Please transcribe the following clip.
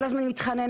כל הזמן מתחננת,